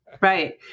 Right